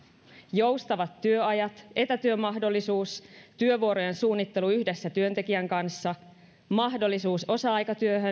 joustava työajat etätyömahdollisuus työvuorojen suunnittelu yhdessä työntekijän kanssa mahdollisuus osa aikatyöhön